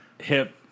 hip